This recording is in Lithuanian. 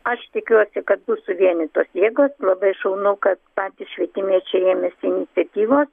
aš tikiuosi kad bus suvienytos jėgos labai šaunu kad patys švietimiečiai ėmėsi iniciatyvos